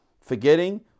forgetting